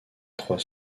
trois